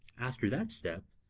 after that step,